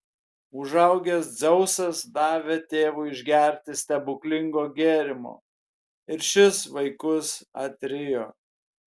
užaugęs dzeusas davė tėvui išgerti stebuklingo gėrimo ir šis vaikus atrijo